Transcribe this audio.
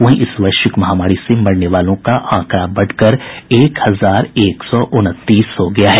वहीं इस वैश्विक महामारी से मरने वालों का आंकड़ा बढ़कर एक हजार एक सौ उनतीस हो गया है